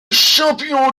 champion